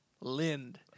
Lind